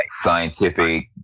scientific